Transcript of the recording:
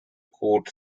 quote